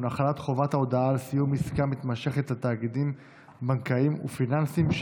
החלת חובת ההודעה על סיום עסקה מתמשכת על תאגידים בנקאיים ופיננסיים),